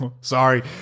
Sorry